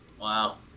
Wow